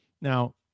Now